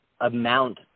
amount